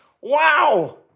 Wow